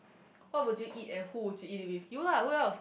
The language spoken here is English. what would you eat and who would you eat it with you lah who else